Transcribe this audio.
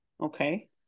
Okay